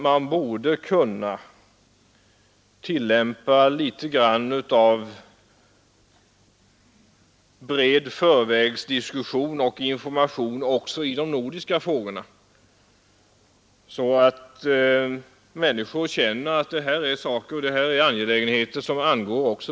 Man borde kunna ha plats för litet grand av bred förvägsdiskussion och information också i de nordiska frågorna, så att människor känner att det här är angelägenheter som angår dem.